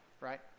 right